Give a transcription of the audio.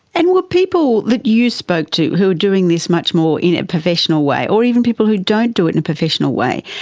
and were people that you spoke to who were doing this much more, in a professional way, or even people who don't do it in a professional way,